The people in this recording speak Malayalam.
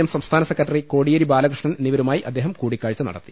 എം സംസ്ഥാന സെക്രട്ടറി കോടിയേരി ബാലകൃഷ്ണൻ എന്നിവരുമായി അദ്ദേഹം കൂടിക്കാഴ്ച നടത്തി